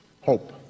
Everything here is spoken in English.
Hope